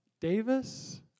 Davis